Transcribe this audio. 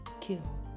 kill